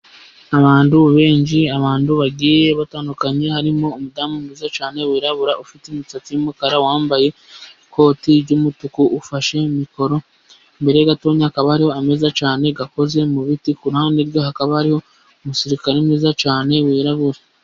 Abantu benshi, abantu bagiye batandukanye harimo umudamu mwiza cyane wirabura, ufite imisatsi y'umukara wambaye ikoti ry'umutuku ufashe mikoro. Imbere ye gatoya hakaba hariho ameza cyane akoze mu biti, ku ruhande rwe hakaba hariho umusirikare mwiza cyane wirabura.